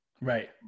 Right